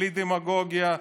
בלי דמגוגיה,